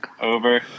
over